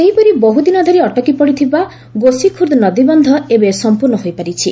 ସେହିପରି ବହୁଦିନ ଧରି ଅଟକି ପଡ଼ିଥିବା ଗୋସିଖୁର୍ଦ ନଦୀବନ୍ଧ ଏବେ ସମ୍ପର୍ଷ ହୋଇପାରିଛି